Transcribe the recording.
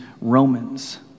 Romans